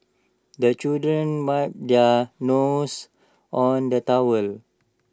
the children wipe their noses on the towel